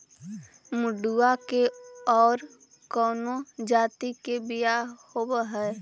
मडूया के और कौनो जाति के बियाह होव हैं?